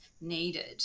needed